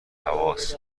حواس